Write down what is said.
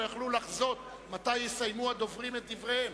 לא יכלו לחזות מתי יסיימו הדוברים את דבריהם.